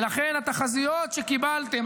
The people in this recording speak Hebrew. ולכן התחזיות שקיבלתם,